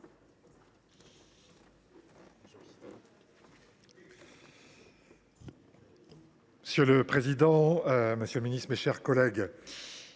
Monsieur le président, monsieur le ministre, mes chers collègues,